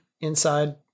inside